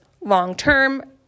long-term